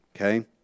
Okay